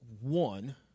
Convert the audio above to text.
one